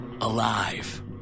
alive